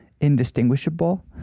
indistinguishable